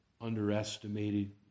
underestimated